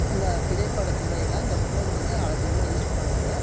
இந்த திரைப்படத்துறையில் இந்த ஃபோனு வந்து அதிகமாக யூஸ் பண்ணுவாங்க